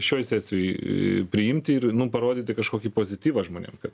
šioj sesijoj priimti ir nu parodyti kažkokį pozityvą žmonėm kad